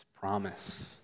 Promise